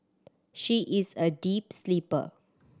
she is a deep sleeper